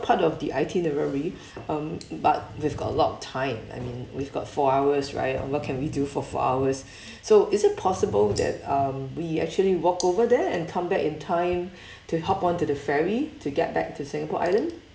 part of the itinerary um but we've got a lot of time I mean we've got four hours right and what can we do for four hours so is it possible that um we actually walk over there and come back in time to hop onto the ferry to get back to singapore island